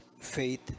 faith